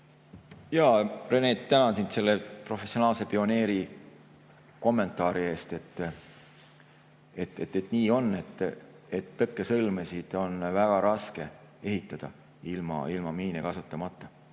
Jaa, Rene, tänan sind selle professionaalse pioneeri kommentaari eest. Nii on, tõkkesõlmesid on väga raske ehitada ilma miine, jalaväemiine